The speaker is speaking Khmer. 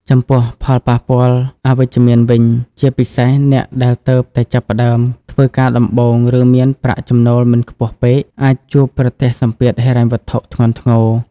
ចំពោះ ផលប៉ះពាល់អវិជ្ជមានវិញ ជាពិសេសអ្នកដែលទើបតែចាប់ផ្ដើមធ្វើការដំបូង ឬមានប្រាក់ចំណូលមិនខ្ពស់ពេក អាចជួបប្រទះសម្ពាធហិរញ្ញវត្ថុធ្ងន់ធ្ងរ។